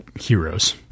heroes